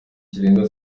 kirenga